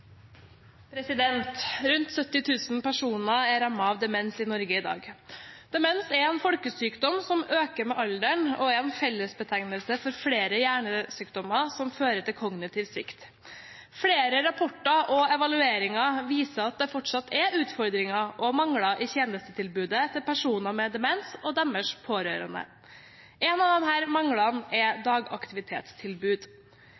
det. Rundt 70 000 personer er rammet av demens i Norge i dag. Demens er en folkesykdom som øker med alderen, og er en fellesbetegnelse for flere hjernesykdommer som fører til kognitiv svikt. Flere rapporter og evalueringer viser at det fortsatt er utfordringer og mangler i tjenestetilbudet til personer med demens og deres pårørende. En av disse manglene er dagaktivitetstilbud.